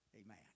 Amen